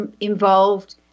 involved